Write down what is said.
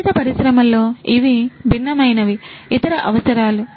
ఔషధ పరిశ్రమలో ఇవి భిన్నమైన ఇతర అవసరాలు